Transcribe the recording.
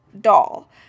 doll